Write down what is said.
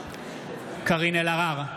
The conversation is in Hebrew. קארין אלהרר,